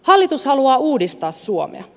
hallitus haluaa uudistaa suomea